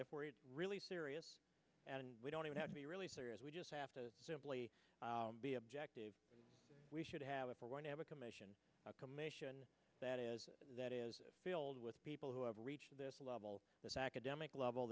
if we're really serious and we don't even have to be really serious we just have to simply be objective we should have if we're going to have a commission a commission that is that is filled with people who have reached this level this academic level